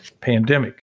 pandemic